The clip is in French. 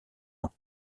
ans